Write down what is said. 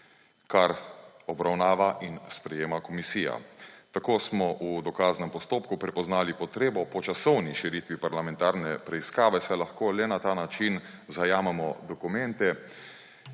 kar obravnava in sprejema komisija. Tako smo v dokaznem postopku prepoznali potrebo po časovni širitvi parlamentarne preiskave, saj lahko le na ta način zajamemo dokumente,